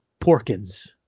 Porkins